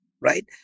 right